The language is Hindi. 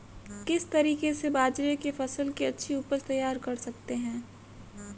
किस तरीके से बाजरे की फसल की अच्छी उपज तैयार कर सकते हैं?